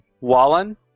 Wallen